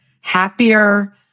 happier